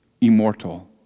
immortal